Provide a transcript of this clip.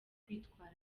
kwitwara